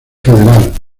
federal